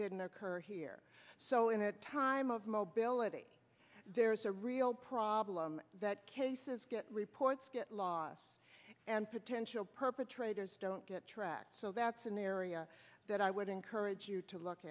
didn't occur here so in a time of mobility there's a real problem that cases get reports get lost and potential perpetrators don't get tracked so that's an area that i would encourage you to look